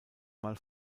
mal